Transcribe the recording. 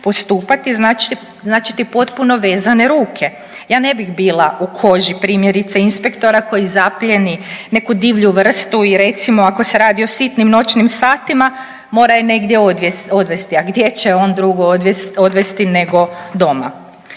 postupati značiti potpuno vezane ruke. Ja ne bih bila u koži primjerice inspektora koji zaplijeni neku divlju vrstu i recimo ako se radi o sitnim noćnim satima mora ju negdje odvesti, a gdje će je on drugo odvesti nego doma.